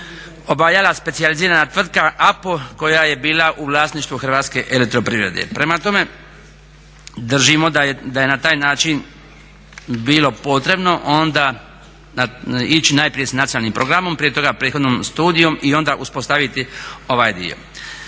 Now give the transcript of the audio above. obavljala specijalizirana tvrtka APO koja je bila u vlasništvu Hrvatske elektroprivrede. Prema tome držimo da je na taj način bilo potrebno onda ići najprije sa nacionalnim programom, prije toga prethodnom studijom i onda uspostaviti ovaj dio.